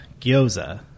gyoza